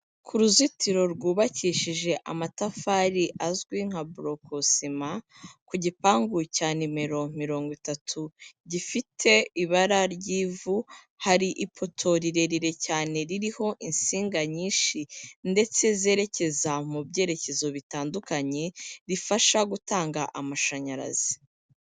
Ku ruzitiro rwubakishije amatafari azwi nka burokosima ku gipangu cya nimero mirongo itatu gifite ibara ry'ivu, hari ipoto rirerire cyane ririho insinga nyinshi ndetse zerekeza mu byerekezo bitandukanye rifasha gutanga amashanyarazi.